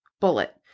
bullet